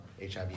HIV